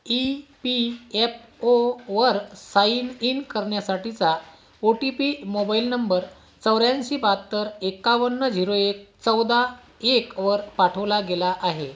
E P app ओवर sign in करण्यासाठीचा O T P mobile number चौऱ्याऐंशी बहात्तर एक्कावन्न झिरो एक चौदा एकवर पाठवला गेला आहे